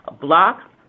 block